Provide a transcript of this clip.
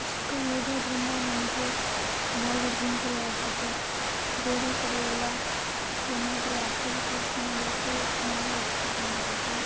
ಪುಸ್ತಕ ಓದುವುದ್ರಿಂದ ನಮಗೆ ನಾಲೆಜ್ಡ್ ಇಂಪ್ರೂವ್ ಆಗ್ತದೆ ಬೇರೆ ಕಡೆಯೆಲ್ಲ ಏನಾದರೂ ಆಕ್ಟಿವಿಟೀಸ್ ಮಾಡೋಕ್ಕೂ ನಾಲೆಜ್ಡ್ ಸಿಕ್ಕಂಗೆ ಆಗತ್ತೆ